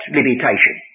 limitation